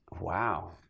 Wow